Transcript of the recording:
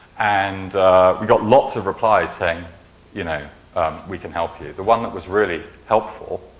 and we got lots of replies saying you know we can help you. the one that was really helpful